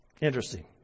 Interesting